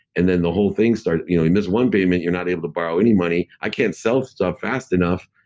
and then the whole thing started. you know, you miss one payment, you're not able to borrow any money, i can't sell stuff fast enough,